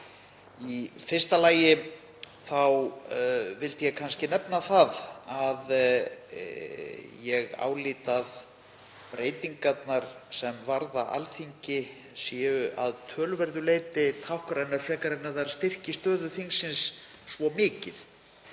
Í fyrsta lagi vildi ég nefna að ég álít að breytingarnar sem varða Alþingi séu að töluverðu leyti táknrænar frekar en að þær styrki stöðu þingsins svo mikið.